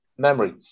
memory